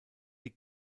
die